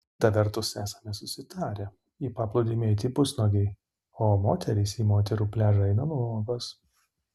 kita vertus esame susitarę į paplūdimį eiti pusnuogiai o moterys į moterų pliažą eina nuogos